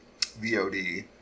VOD